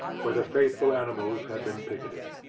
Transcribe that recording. where the faithful animals had been picketed.